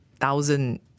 thousand